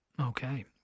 Okay